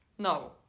No